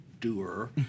doer